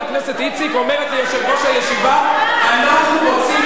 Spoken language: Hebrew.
הכנסת איציק אומרת ליושב-ראש הישיבה "אנחנו רוצים